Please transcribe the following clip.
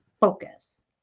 focus